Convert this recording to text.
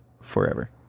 forever